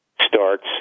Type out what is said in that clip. starts